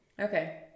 Okay